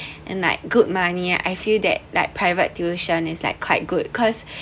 and like good money I feel that like private tuition is like quite good cause